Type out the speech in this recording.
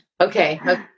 Okay